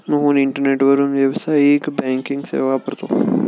मोहन इंटरनेटवरून व्यावसायिक बँकिंग सेवा वापरतो